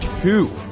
two